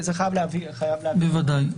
ודאי.